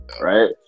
right